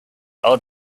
old